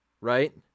right